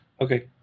Okay